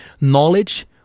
knowledge